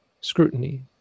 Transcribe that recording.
scrutiny